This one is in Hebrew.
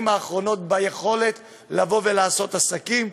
האחרונות מבינת היכולת לבוא ולעשות עסקים.